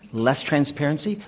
less transparency,